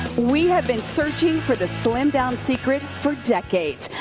we have been searching for the slim-down secret for decades.